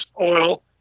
oil